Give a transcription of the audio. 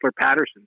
patterson